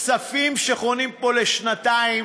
כספים שחונים פה לשנתיים,